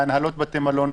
מהנהלות בתי מלון,